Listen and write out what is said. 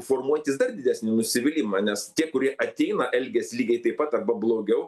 formuojantis dar didesnį nusivylimą nes tie kurie ateina elgiasi lygiai taip pat arba blogiau